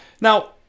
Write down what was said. Now